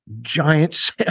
giants